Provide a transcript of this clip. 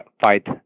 fight